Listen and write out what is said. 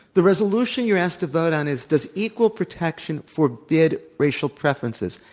the resolution you're asked to vote on is, does equal protection forbid racial preferences?